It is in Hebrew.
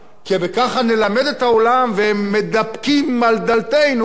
כי בכך נלמד את העולם, והם מתדפקים על דלתנו.